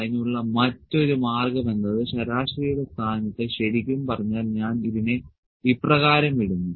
അതിനുള്ള മറ്റൊരു മാർഗ്ഗം എന്നത് ശരാശരിയുടെ സ്ഥാനത്ത് ശരിക്കും പറഞ്ഞാൽ ഞാൻ ഇതിനെ ഇപ്രകാരം ഇടുന്നു